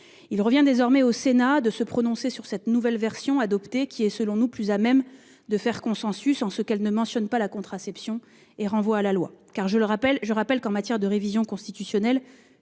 Il revient désormais au Sénat de se prononcer sur la nouvelle version adoptée, qui est selon nous plus à même de faire consensus en ce qu'elle ne mentionne pas la contraception et renvoie à la loi. En effet, je rappelle que, en matière de révision constitutionnelle,